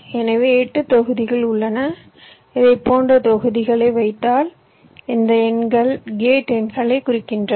எனவே 8 தொகுதிகள் உள்ளன இதைப் போன்ற தொகுதிகளை வைத்தால் இந்த எண்கள் கேட் எண்களைக் குறிக்கின்றன